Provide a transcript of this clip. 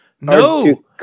No